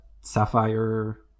sapphire